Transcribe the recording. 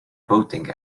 boating